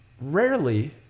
Rarely